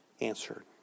answered